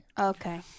Okay